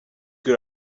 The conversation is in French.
que